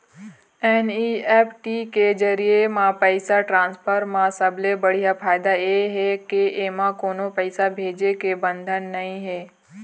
NEFT के जरिए म पइसा ट्रांसफर म सबले बड़का फायदा ए हे के एमा कोनो पइसा भेजे के बंधन नइ हे